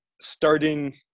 starting